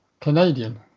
Canadian